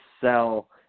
sell